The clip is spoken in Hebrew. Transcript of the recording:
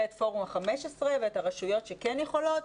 את פורום ה-15 ואת הרשויות שכן יכולות.